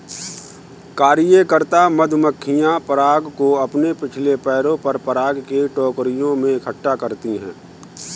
कार्यकर्ता मधुमक्खियां पराग को अपने पिछले पैरों पर पराग की टोकरियों में इकट्ठा करती हैं